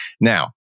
Now